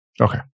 Okay